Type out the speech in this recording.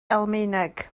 almaeneg